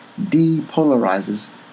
depolarizes